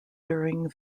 during